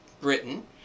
Britain